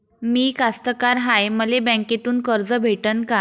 मी कास्तकार हाय, मले बँकेतून कर्ज भेटन का?